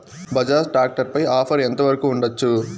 Bajaj tractor పై offer ఎంత వరకు ఉండచ్చు?